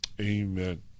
Amen